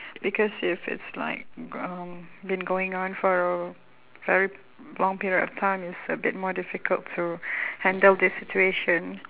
because if it's like um been going on for a very long period of time it's a bit more difficult to handle this situation